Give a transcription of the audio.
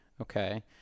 Okay